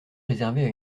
réservées